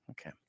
Okay